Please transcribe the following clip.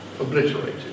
obliterated